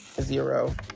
zero